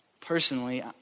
Personally